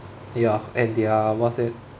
ya and their what's that